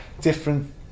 different